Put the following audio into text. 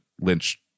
Lynch